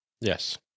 yes